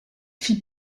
fit